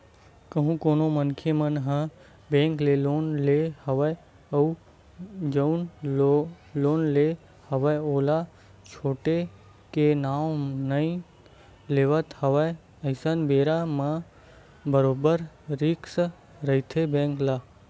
कहूँ कोनो मनखे ह बेंक ले लोन ले हवय अउ जउन लोन ले हवय ओला छूटे के नांव नइ लेवत हवय अइसन बेरा म बरोबर रिस्क रहिथे बेंक ल